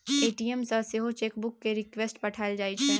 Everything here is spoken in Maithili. ए.टी.एम सँ सेहो चेकबुक केर रिक्वेस्ट पठाएल जाइ छै